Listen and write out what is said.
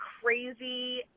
crazy